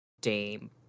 Dame